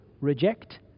reject